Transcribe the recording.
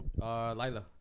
Lila